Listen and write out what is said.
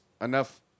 enough